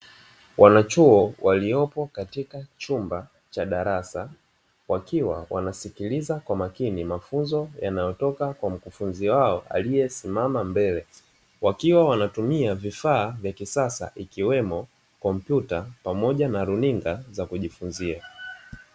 Wanachuo waliopo katika chumba cha darasa, wakiwa wanasikiliza kwa makini mafunzo yanayotoka kwa mkufunzi wao aliye simama mbele, wakiwa wanatumia vifaa vya kisasa ikiwemo kompyuta pamoja na runinga za kujifunzia.